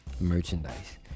Merchandise